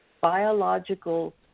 biological